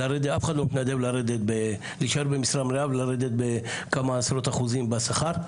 אף אחד לא מתנדב להישאר במשרה מלאה ולרדת בכמה עשרות אחוזים בשכר.